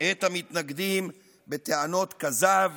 את המתנגדים בטענות כזב